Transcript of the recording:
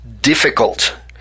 difficult